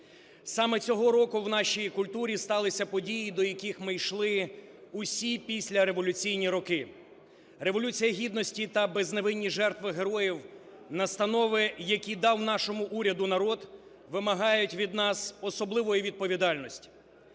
Саме цього року в нашій культурі сталися події, до яких ми йшли всі післяреволюційні роки. Революція Гідності та безневинні жертви героїв, настанови, які дав нашому уряду народ вимагають від нас особливої відповідальності.